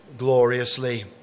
gloriously